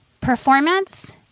Performance